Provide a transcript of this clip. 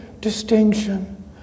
distinction